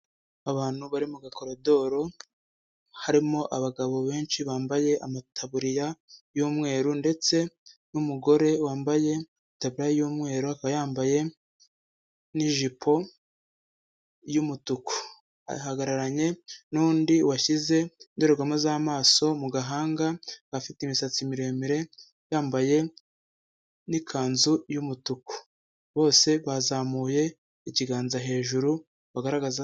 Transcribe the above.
Abantu bari mu gakoridoro, harimo abagabo benshi bambaye amataburiya y’umweru ndetse n’umugore wambaye itaburiya y’umweru, akaba yambaye n’ijipo y’umutuku. Ahagararanye n’undi washyize indorerwamo z'amaso mu gahanga, afite imisatsi miremire, yambaye n’ikanzu y’umutuku, bose bazamuye ikiganza hejuru bagaragaza.